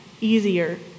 easier